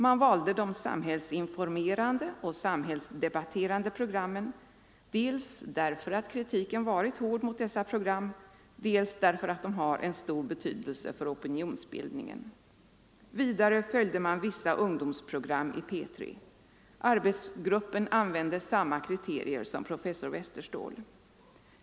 Man valde de samhällsinformerande och samhällsdebatterande programmen, dels därför att kritiken varit hård mot dessa program, dels därför att de har en stor betydelse för opinionsbildningen. Vidare följde man vissa ungdomsprogram i P3. Arbetsgruppen använde samma kriterier som professor Westerståhl.